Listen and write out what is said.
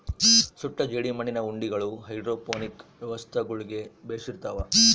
ಸುಟ್ಟ ಜೇಡಿಮಣ್ಣಿನ ಉಂಡಿಗಳು ಹೈಡ್ರೋಪೋನಿಕ್ ವ್ಯವಸ್ಥೆಗುಳ್ಗೆ ಬೆಶಿರ್ತವ